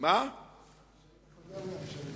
היית חבר בממשלת ברק.